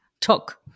Talk